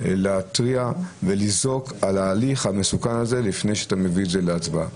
להתריע ולזעוק על ההליך המסוכן הזה לפני שאתה מביא את זה להצבעה.